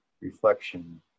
reflection